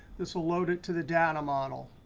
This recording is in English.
this will load it to the data model.